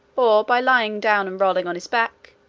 or by lying down and rolling on his back,